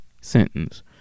sentence